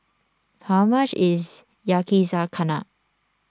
how much is Yakizakana